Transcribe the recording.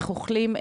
איך אוכלים?